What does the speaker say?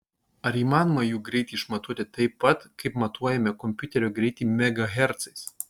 ar įmanoma jų greitį išmatuoti taip pat kaip matuojame kompiuterio greitį megahercais